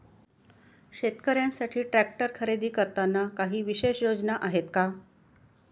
शेतकऱ्यांसाठी ट्रॅक्टर खरेदी करताना काही विशेष योजना आहेत का?